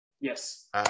Yes